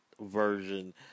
version